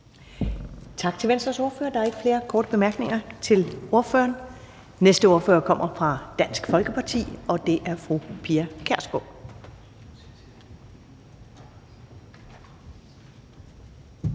Tak til Venstres ordfører. Der er ikke flere korte bemærkninger til ordføreren. Den næste ordfører kommer fra Dansk Folkeparti, og det er fru Pia Kjærsgaard.